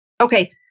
Okay